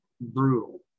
brutal